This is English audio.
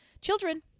Children